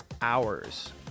hours